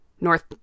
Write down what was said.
North